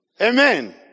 Amen